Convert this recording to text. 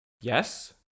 Yes